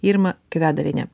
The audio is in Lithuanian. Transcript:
irma kvedarienė